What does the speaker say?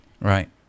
Right